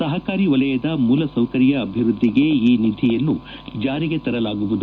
ಸಹಕಾರಿ ವಲಯದ ಮೂಲಸೌಕರ್ಯ ಅಭಿವೃದ್ದಿಗೆ ಈ ನಿಧಿಯನ್ನು ಜಾರಿಗೆ ತರಲಾಗುವುದು